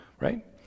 Right